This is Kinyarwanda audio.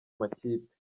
makipe